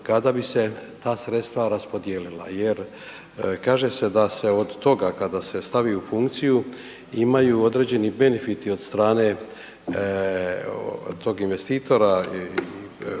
kada bi se za sredstva raspodijelila jer kaže se da se od toga, kada se stavi u funkciju imaju određeni benefiti od strane tog investitora